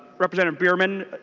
representative bierman